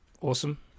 Awesome